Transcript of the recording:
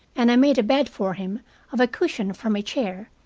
and i made a bed for him of a cushion from a chair,